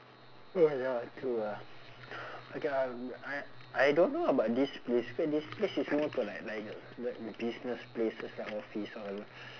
oh ya true ah okay lah I I don't know about this place because this place is more to like like a like business places like office all